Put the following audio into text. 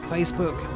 Facebook